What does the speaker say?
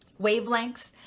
wavelengths